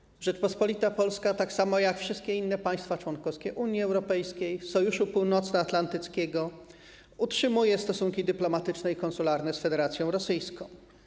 Mimo tego Rzeczpospolita Polska, tak samo jak wszystkie inne państwa członkowskie Unii Europejskiej, Sojuszu Północnoatlantyckiego, utrzymuje stosunki dyplomatyczne i konsularne z Federacją Rosyjską.